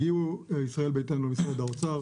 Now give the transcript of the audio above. הגיעו ישראל ביתנו למשרד האוצר